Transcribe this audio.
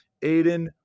Aiden